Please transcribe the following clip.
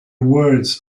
words